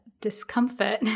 discomfort